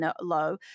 low